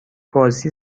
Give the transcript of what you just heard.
بازی